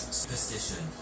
superstition